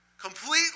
completely